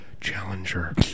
Challenger